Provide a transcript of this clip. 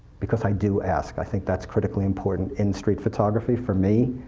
because i do ask. i think that's critically important in street photography for me.